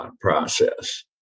process